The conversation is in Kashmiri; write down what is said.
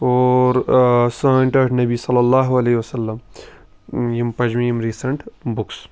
اور سٲنۍ ٹٲٹھۍ نبی صلۍ اللہُ عَلیہِ وَسلم یِم پَجہِ مےٚ یِم ریٖسنٛٹ بُکٕس